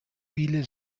viele